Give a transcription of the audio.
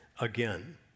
Again